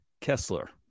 Kessler